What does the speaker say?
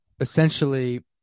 essentially